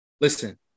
Listen